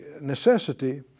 necessity